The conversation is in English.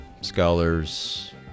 scholars